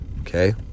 Okay